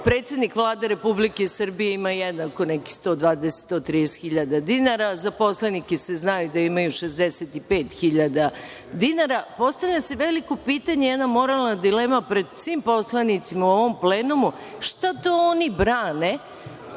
predsednik Vlade Republike Srbije ima jednako nekih 120 - 130 hiljada dinara, za poslanike se zna da imaju 65 hiljada dinara, postavlja se veliko pitanje i jedna moralna dilema pred svim poslanicima u ovom plenumu - šta to oni brane